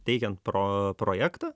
teikiant pro projektą